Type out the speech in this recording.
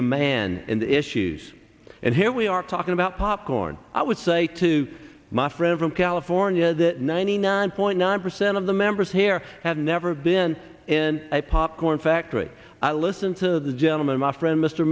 demand and issues and here we are talking about popcorn i would say to my friend from california that ninety nine point nine percent of the members here have never been in a popcorn factory i listen to the gentlemen my friend mr